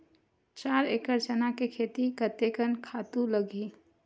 चार एकड़ चना के खेती कतेकन खातु लगही?